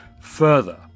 further